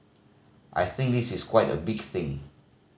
I think this is quite a big thing